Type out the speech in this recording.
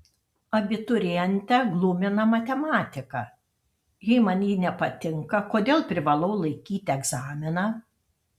abiturientę glumina matematika jei man ji nepatinka kodėl privalau laikyti egzaminą